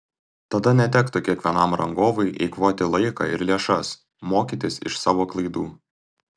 tada netektų kiekvienam rangovui eikvoti laiką ir lėšas mokytis iš savo klaidų